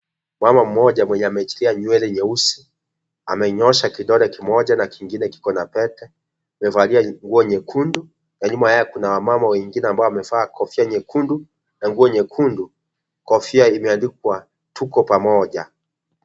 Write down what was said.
Mama mmoja mwenye ameachilia nywele nyeusi amenyoosha kidole kimoja na kingine kiko na pete amevalia nguo nyekundu na nyuma yake kuna wamama wengine ambao wamevaa kofia nyekundu na nguo nyekundu kofia imeandikwa tuko pamoja.